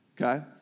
Okay